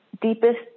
deepest